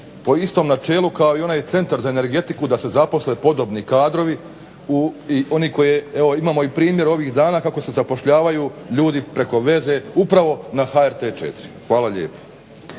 po istom načelu kao i onaj Centar za energetiku, da se zaposle podobni kadrovi i oni koji, evo imamo i primjer ovih dana kako se zapošljavaju ljudi preko veze upravo na HRT4. Hvala lijepa.